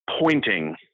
pointing